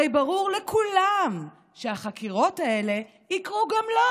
הרי ברור לכולם שהחקירות האלה יקרו גם לו,